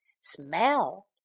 smell